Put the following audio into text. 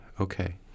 Okay